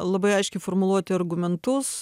labai aiškiai formuluoti argumentus